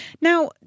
Now